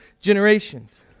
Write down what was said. generations